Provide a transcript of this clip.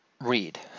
Read